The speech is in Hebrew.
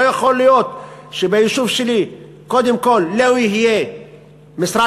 לא יכול להיות שביישוב שלי קודם כול לא יהיה משרד